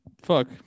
fuck